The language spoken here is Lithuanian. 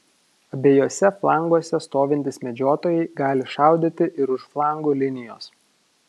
abiejuose flanguose stovintys medžiotojai gali šaudyti ir už flangų linijos